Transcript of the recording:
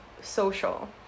social